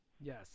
Yes